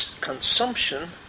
consumption